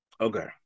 Okay